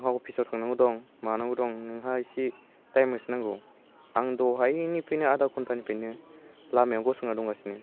आंहा अफिसाव थांनांगौ दं मानांगौ दं नोंहा एसे टाइम होसोनांगौ आं दहायनिफ्रायनो आदा घन्टानिफ्रायनो लामायाव गंसंना दंगासिनो